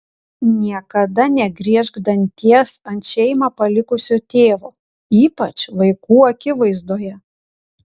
niekada negriežk danties ant šeimą palikusio tėvo ypač vaikų akivaizdoje